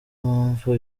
mpamvu